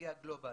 מנציגי הגלובל,